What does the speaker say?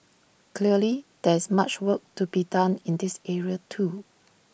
clearly there is much work to be done in this area too